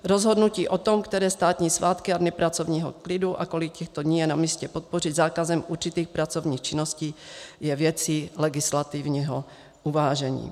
Rozhodnutí o tom, které státní svátky a dny pracovního klidu a kolik těchto dní je namístě podpořit zákazem určitých pracovních činností je věcí legislativního uvážení.